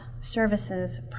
services